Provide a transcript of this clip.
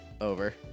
over